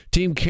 Team